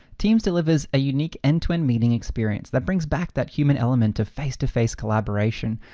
teams delivers a unique entwine meeting experience that brings back that human element of face-to-face collaboration,